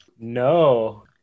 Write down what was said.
No